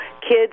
Kids